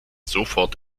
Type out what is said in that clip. sofort